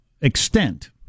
extent